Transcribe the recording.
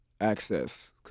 access